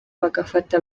bagafata